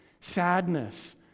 Sadness